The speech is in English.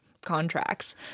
contracts